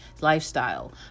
lifestyle